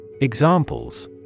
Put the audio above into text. Examples